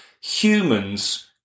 humans